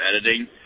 editing